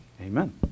Amen